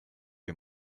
les